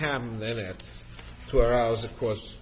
happened then after two hours of course